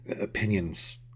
opinions